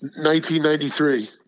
1993